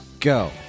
Go